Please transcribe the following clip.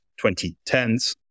2010s